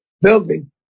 building